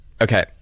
okay